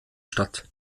statt